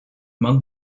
man